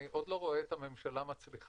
אני עוד לא רואה את הממשלה מצליחה